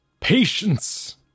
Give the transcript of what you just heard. patience